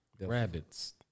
rabbits